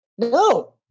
no